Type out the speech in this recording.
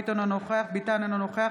אינו נוכח אלינה ברדץ'